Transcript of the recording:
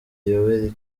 yoweri